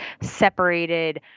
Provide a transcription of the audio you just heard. separated